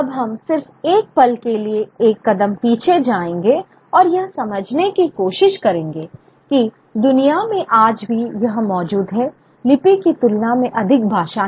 अब हम सिर्फ एक पल के लिए एक कदम पीछे जाएंगे और यह समझने की कोशिश करेंगे कि दुनिया में आज भी यह मौजूद है लिपि की तुलना में अधिक भाषा हैं